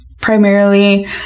Primarily